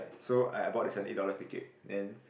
so I I bought the seventy eight dollar ticket then